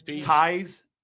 Ties